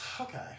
okay